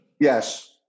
Yes